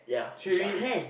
she already